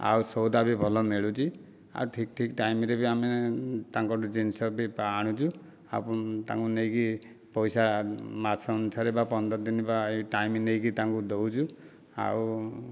ଆଉ ସଉଦା ବି ଭଲ ମିଳୁଛି ଆଉ ଠିକ ଠିକ ଟାଇମରେ ବି ଆମେ ତାଙ୍କ ଠାରୁ ଜିନିଷ ବି ଆଣୁଛୁ ଆପଣ ତାଙ୍କୁ ନେଇକି ପଇସା ମାସ ଅନୁସାରେ ବା ପନ୍ଦର ଦିନ ବା ଟାଇମ ନେଇକି ତାଙ୍କୁ ଦେଉଛୁ ଆଉ